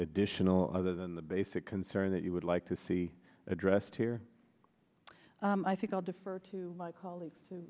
additional other than the basic concern that you would like to see addressed here i think i'll defer to my colleagues